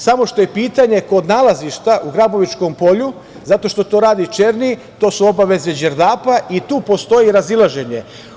Samo što je pitanje kod nalazišta u Grabovičkom polju, zato što to radi Černi, to su obaveze Đerdapa i tu postoji razilaženje.